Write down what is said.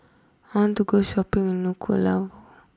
I want to go Shopping in Nuku'alofa